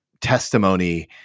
testimony